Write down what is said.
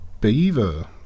beaver